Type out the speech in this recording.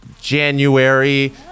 January